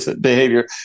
behavior